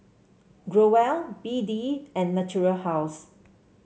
Growell B D and Natura House